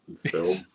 film